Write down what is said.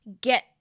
get